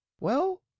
Well